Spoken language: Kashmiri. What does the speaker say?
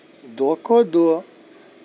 دۄہ کھوتہٕ دۄہ